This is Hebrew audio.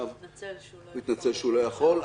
הוא התנצל שהוא לא יכול.